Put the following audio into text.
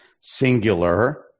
singular